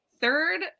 third